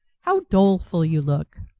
how doleful you look!